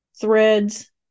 Threads